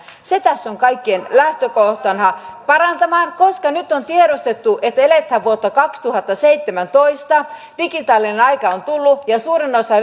se tässä on kaikkien lähtökohtana koska nyt on tiedostettu että eletään vuotta kaksituhattaseitsemäntoista digitaalinen aika on tullut ja suurin osa